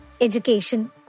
education